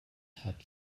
hat